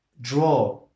draw